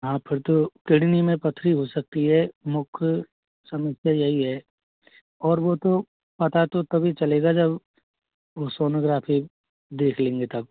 हाँ फिर तो किडनी में पथरी हो सकती है मुख्य समस्या यही है और वो तो पता तो तभी चलेगा जब वो सोनोग्राफी देख लेंगे तब